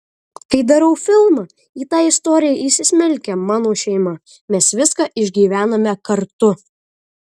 kai darau filmą į tą istoriją įsismelkia mano šeima mes viską išgyvename kartu